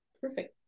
Perfect